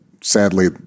sadly